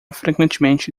frequentemente